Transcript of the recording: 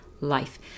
life